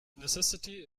necessity